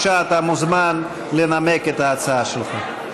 אתה מוזמן לנמק את ההצעה שלך.